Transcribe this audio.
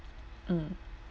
mm